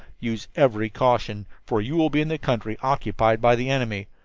use every caution, for you will be in the country occupied by the enemy.